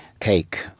cake